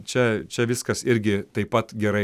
čia čia viskas irgi taip pat gerai